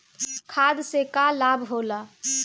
खाद्य से का लाभ होला?